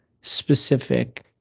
specific